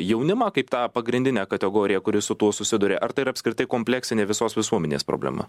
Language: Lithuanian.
jaunimą kaip tą pagrindinę kategoriją kuri su tuo susiduria ar tai ir apskritai kompleksinė visos visuomenės problema